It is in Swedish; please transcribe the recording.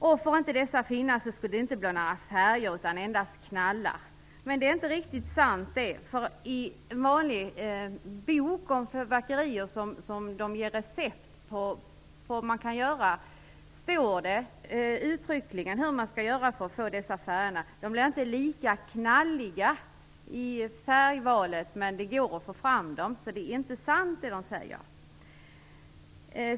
Om dessa inte skulle få finnas skulle det inte bli några färger utan endast knallar. Men det är inte riktigt sant. I en bok om fyrverkerier med recept på vad man kan göra står det uttryckligen hur man skall göra för att få dessa färger. Färgerna blir inte lika knalliga, men det går att få fram dem. Det de säger är alltså inte sant.